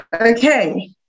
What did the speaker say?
Okay